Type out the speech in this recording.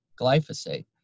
glyphosate